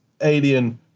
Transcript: Alien